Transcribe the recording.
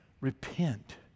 repent